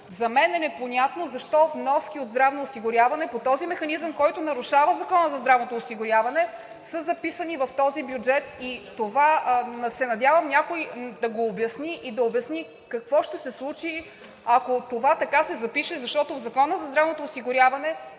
За мен е непонятно защо вноските от здравното осигуряване по този механизъм, който нарушава Закона за здравното осигуряване, са записани в този бюджет?! Надявам се някой да обясни какво ще се случи, ако това така се запише, защото в Закона за здравното осигуряване